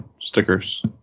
stickers